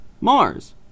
Mars